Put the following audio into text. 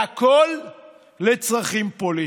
והכול לצרכים פוליטיים.